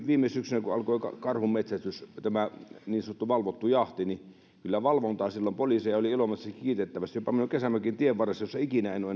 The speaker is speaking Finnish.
viime syksynä alkoi karhunmetsästys tämä niin sanottu valvottu jahti niin kyllä valvontaa oli silloin poliiseja oli ilomantsissa kiitettävästi jopa minun kesämökkini tienvarressa jossa ikinä ennen en ole